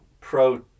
Pro